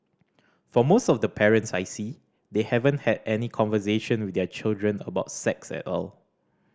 for most of the parents I see they haven't had any conversation with their children about sex at all